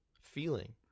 feeling